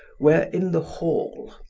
were in the hall,